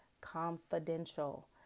confidential